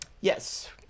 Yes